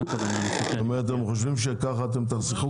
זאת אומרת אתם חושבים שככה אתם תחסכו כסף?